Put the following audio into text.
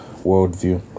worldview